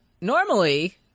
Normally